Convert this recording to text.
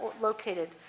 located